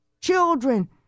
Children